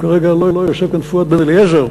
כרגע הלוא יושב כאן פואד בן-אליעזר,